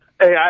Hey